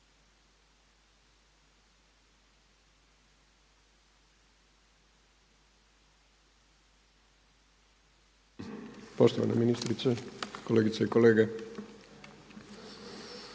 Poštovana ministrice, kolegice i kolege.